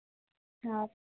ആ ഓക്കേ